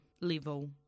level